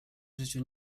życiu